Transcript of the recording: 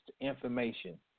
information